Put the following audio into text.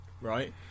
right